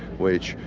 which,